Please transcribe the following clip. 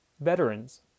Veterans